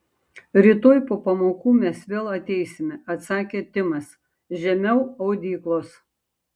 rytoj po pamokų mes vėl ateisime atsakė timas žemiau audyklos